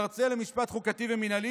מרצה למשפט חוקתי ומינהלי,